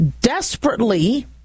desperately